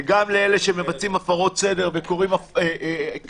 גם לאלה שמבצעים הפרות סדר וקוראים קריאות